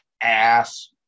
ass